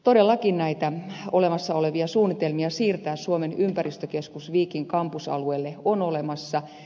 todellakin näitä olemassa olevia suunnitelmia siirtää suomen ympäristökeskus viikin kampusalueelle on olemassa